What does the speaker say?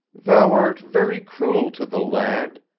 thou art very cruel to the lad,